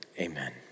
Amen